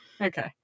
okay